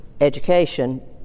education